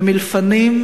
ומלפנים,